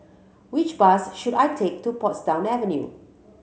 which bus should I take to Portsdown Avenue